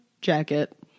jacket